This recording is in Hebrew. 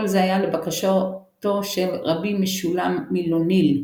כל זה היה לבקשתו של רבי משולם מלוניל,